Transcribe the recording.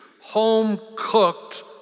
home-cooked